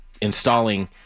installing